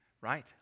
right